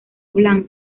blanco